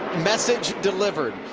message delivered.